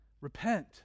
repent